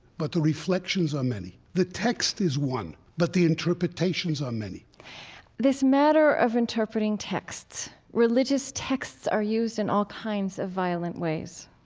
but the reflections are many. the text is one, but the interpretations are many this matter of interpreting texts, religious texts are used in all kinds of violent ways.